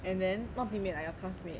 and then not teammate lah your classmate